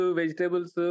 vegetables